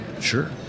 Sure